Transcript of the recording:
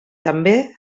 també